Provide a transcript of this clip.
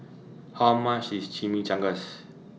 How much IS Chimichangas